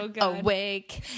awake